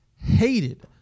hated